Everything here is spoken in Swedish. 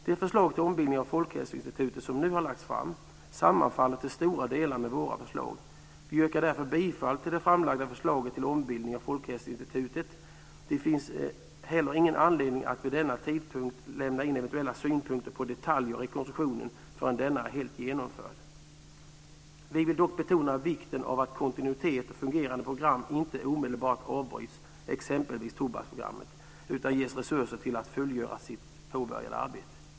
Det förslag till ombildning av Folkhälsoinstitutet som nu har lagts fram sammanfaller till stora delar med våra förslag. Vi yrkar därför bifall till det framlagda förslaget till ombildning av Folkhälsoinstitutet. Det finns heller ingen anledning att lämna in eventuella synpunkter på detaljer i rekonstruktionen förrän denna är helt genomförd. Vi vill dock betona vikten av att kontinuitet och fungerande program inte omedelbart avbryts, exempelvis tobaksprogrammet, utan ges resurser till att fullgöra sitt påbörjade arbete.